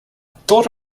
thought